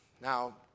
Now